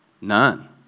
None